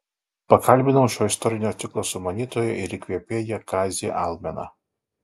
pakalbinau šio istorinio ciklo sumanytoją ir įkvėpėją kazį almeną